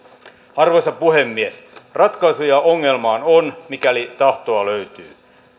arvoisa puhemies ratkaisuja ongelmaan on mikäli tahtoa löytyy